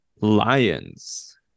Lions